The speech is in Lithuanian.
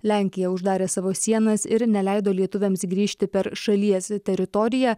lenkija uždarė savo sienas ir neleido lietuviams grįžti per šalies teritoriją